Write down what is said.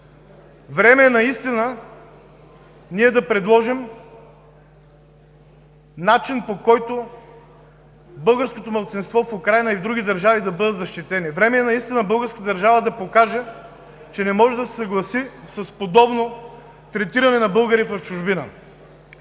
Време е да предложим начин, по който българските малцинства в Украйна и в други държави да бъдат защитени. Време е българската държава да покаже, че не може да се съгласи с подобно третиране на българите в чужбина.